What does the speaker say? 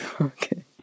Okay